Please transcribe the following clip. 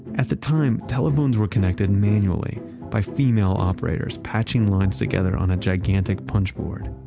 at the time, telephones were connected manually by female operators, patching lines together on a gigantic punch board.